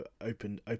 opened